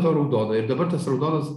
ta raudona ir dabar tas raudonas